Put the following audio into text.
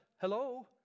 Hello